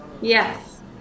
Yes